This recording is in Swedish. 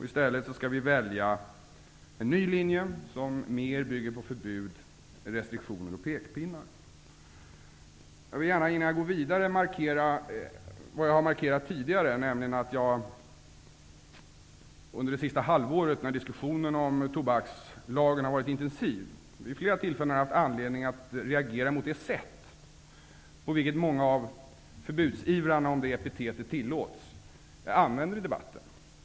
I stället skall vi välja en ny linje, som mer bygger på förbud, restriktioner och pekpinnar. Jag vill gärna innan jag går vidare markera vad jag har markerat tidigare, nämligen att jag under det senaste halvåret, när diskussionen om tobakslagen har varit intensiv, vid flera tillfällen har haft anledning att reagera mot det sätt på vilket många av förbudsivrarna -- om det epitetet tillåts -- debatterar.